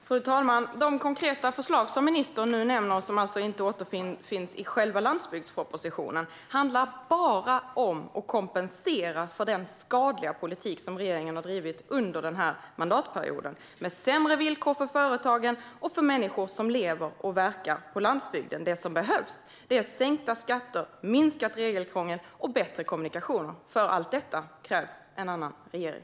Fru talman! De konkreta förslag som ministern nu nämner, som alltså inte återfinns i själva landsbygdspropositionen, handlar bara om att kompensera för den skadliga politik som regeringen har fört under den här mandatperioden, med sämre villkor för företagen och för människor som lever och verkar på landsbygden. Det som behövs är sänkta skatter, minskat regelkrångel och bättre kommunikationer. För allt detta krävs en annan regering.